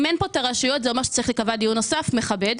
אם אין פה הרשויות זה אומר שצריך להיקבע דיון נוסף מכבד,